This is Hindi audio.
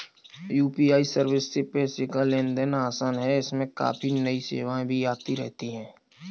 यू.पी.आई सर्विस से पैसे का लेन देन आसान है इसमें काफी नई सेवाएं भी आती रहती हैं